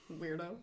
weirdo